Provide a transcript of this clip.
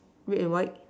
red and white